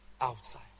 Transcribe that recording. outside